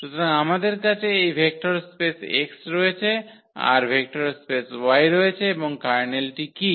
সুতরাং আমাদের কাছে এই ভেক্টর স্পেস X রয়েছে আর ভেক্টর স্পেস Y রয়েছে এবং কার্নেলটি কী